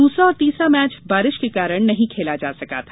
दूसरा और तीसरा मैच बारिश के कारण नहीं खेला जा सका था